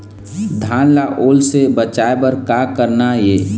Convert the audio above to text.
धान ला ओल से बचाए बर का करना ये?